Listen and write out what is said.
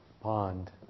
pond